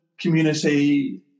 community